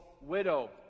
widow